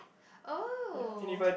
oh